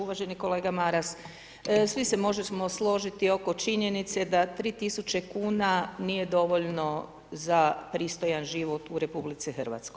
Uvaženi kolega Maras, svi se možemo složiti oko činjenice da 3000 kuna nije dovoljno za pristojan život u RH.